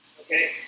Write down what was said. Okay